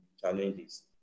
challenges